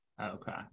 Okay